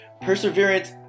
perseverance